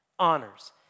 honors